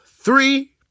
three